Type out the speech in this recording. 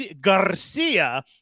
Garcia